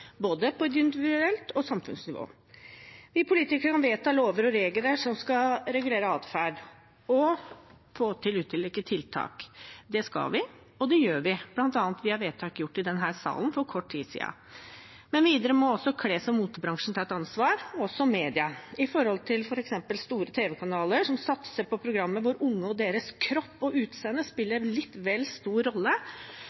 både individuelt og på samfunnsnivå. Vi politikere kan vedta lover og regler som skal regulere adferd og få til ulike tiltak. Det skal vi, og det gjør vi, bl.a. via vedtak gjort i denne salen for kort tid siden. Men videre må også kles- og motebransjen ta et ansvar, og også media, med tanke på f.eks. store tv-kanaler som satser på programmer hvor unge og deres kropp og utseende spiller